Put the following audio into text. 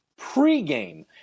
pregame